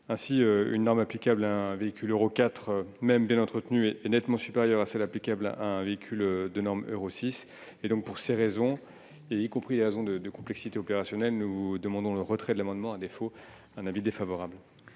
Ainsi, une norme applicable à un véhicule Euro 4, même bien entretenu, est nettement supérieure à celles qui sont applicables à un véhicule de norme Euro 6. Pour ces raisons, auxquelles s'ajoutent des motifs de complexité opérationnelle, nous demandons le retrait de l'amendement ; à défaut, l'avis sera défavorable.